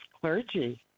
clergy